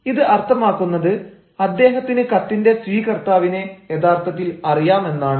ഇത് അർത്ഥമാക്കുന്നത് അദ്ദേഹത്തിന് കത്തിൻറെ സ്വീകർത്താവിനെ യഥാർത്ഥത്തിൽ അറിയാമെന്നാണ്